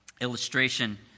illustration